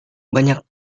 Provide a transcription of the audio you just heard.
banyak